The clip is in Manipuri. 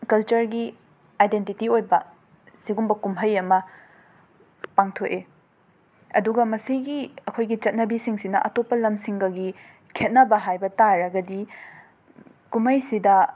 ꯀꯜꯆꯔꯒꯤ ꯑꯥꯏꯗꯦꯟꯇꯤꯇꯤ ꯑꯣꯏꯕ ꯑꯁꯤꯒꯨꯝꯕ ꯀꯨꯝꯍꯩ ꯑꯃ ꯄꯥꯡꯊꯣꯛꯑꯦ ꯑꯗꯨꯒ ꯃꯁꯤꯒꯤ ꯑꯩꯈꯣꯏꯒꯤ ꯆꯠꯅꯕꯤꯁꯤꯡꯁꯤꯅ ꯑꯇꯣꯞꯄ ꯂꯝꯁꯤꯡꯒꯒꯤ ꯈꯦꯠꯅꯕ ꯍꯥꯏꯕ ꯇꯥꯔꯒꯗꯤ ꯀꯨꯝꯍꯩꯁꯤꯗ